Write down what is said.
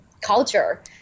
culture